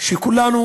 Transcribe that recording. כך שכולנו